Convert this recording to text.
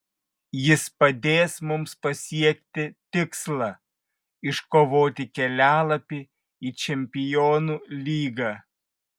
jis padės mums pasiekti tikslą iškovoti kelialapį į čempionų lygą